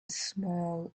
small